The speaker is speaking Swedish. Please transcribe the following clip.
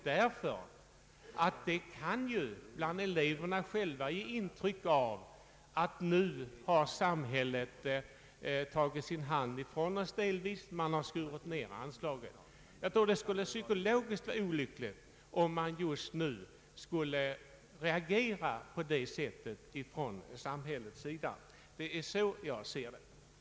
Det kan hos eleverna själva ge intryck av att samhället nu delvis har tagit sin hand från organisationen genom att skära ned anslaget. Det skulle vara psykologiskt olyckligt om man just nu skulle reagera på det sättet från samhällets sida. Det är så jag ser den här frågan. årig obligatorisk förskola samt att tillläggsdirektiv göres att utreda förskolans inordnande i skolväsendet med skolöverstyrelsen som huvudman,